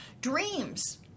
dreams